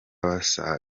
basaga